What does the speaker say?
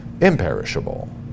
imperishable